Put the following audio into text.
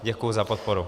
Děkuji za podporu.